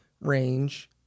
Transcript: range